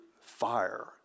fire